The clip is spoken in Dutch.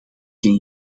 geen